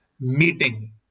meeting